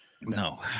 No